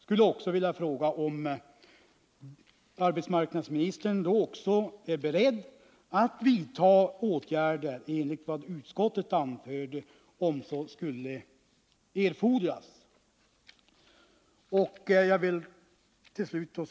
Jag vill fråga om arbetsmarknadsministern då också är beredd att, om så skulle erfordras, vidta åtgärder i enlighet med vad utskottet anförde.